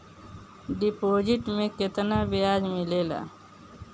Deposit मे केतना बयाज मिलेला?